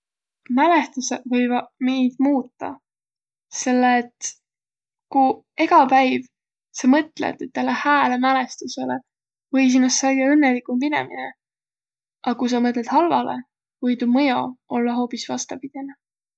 Mälehtüseq võivaq meid muutaq, selle et kuq egä päiv sa mõtlõt ütele hääle mälestüsele, või sinost saiaq õnnõlikumb inemine. A ku sa mõtlõt halvalõ, või tuu mõjo ollaq hoobis vastapidine.